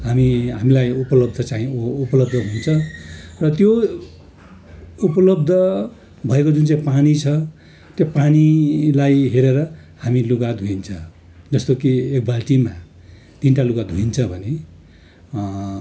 हामी हामीलाई उपलब्ध चाहिँ उपलब्ध हुन्छ र त्यो उपलब्ध भएको जुन चाहिँ पानी छ त्यो पानीलाई हेरेर हामी लुगा धोइन्छ जस्तो कि एक बाल्टिमा तिनवटा लुगा धोइन्छ भने